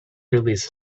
release